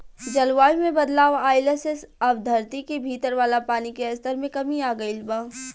जलवायु में बदलाव आइला से अब धरती के भीतर वाला पानी के स्तर में कमी आ गईल बा